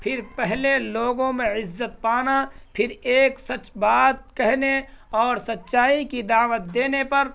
پھر پہلے لوگوں میں عزت پانا پھر ایک سچ بات کہنے اور سچائی کی دعوت دینے پر